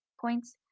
points